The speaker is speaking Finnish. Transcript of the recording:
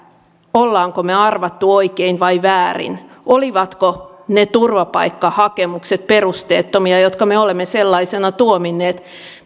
olemmeko me arvanneet oikein vai väärin olivatko ne turvapaikkahakemukset perusteettomia jotka me me olemme sellaisina tuominneet